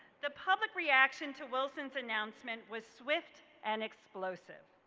the public reaction to wilson's announcement was swift and explosive.